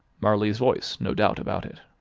marley's voice, no doubt about it.